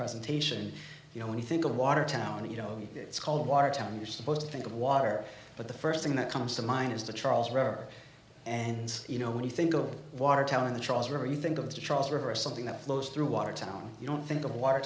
presentation you know when you think of watertown you know it's called watertown you're supposed to think of water but the first thing that comes to mind is the charles river and you know when you think of watertown in the charles river you think of the charles river something that flows through watertown you don't think of water